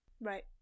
Right